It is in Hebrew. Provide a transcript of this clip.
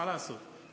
מה לעשות?